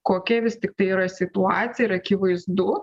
kokia vis tiktai yra situacija ir akivaizdu